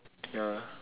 ya